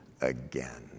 again